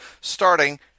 starting